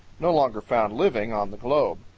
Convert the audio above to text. no longer found living on the globe.